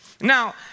Now